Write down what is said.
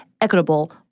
equitable